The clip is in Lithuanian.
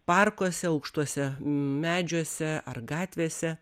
parkuose aukštuose medžiuose ar gatvėse